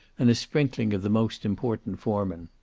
and a sprinkling of the most important foremen.